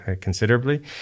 considerably